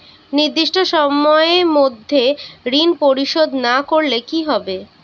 নির্দিষ্ট সময়ে মধ্যে ঋণ পরিশোধ না করলে কি হবে?